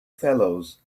fellows